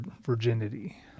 virginity